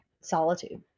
solitude